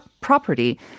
property